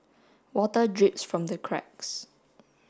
water drips from the cracks